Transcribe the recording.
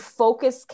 focus